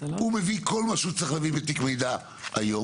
הוא מביא כל מה שהוא צריך להביא בתיק מידע היום,